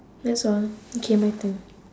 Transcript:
that's all okay my turn